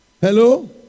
Hello